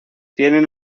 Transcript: tienen